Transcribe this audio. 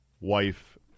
wife